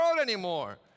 anymore